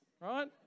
right